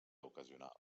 ocasional